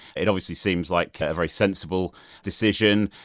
it obviously seems like a very sensible decision.